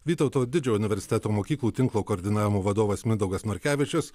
vytauto didžiojo universiteto mokyklų tinklo koordinavimo vadovas mindaugas norkevičius